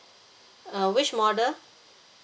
uh which model